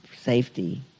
safety